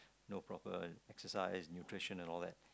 no proper exercise nutrition and all that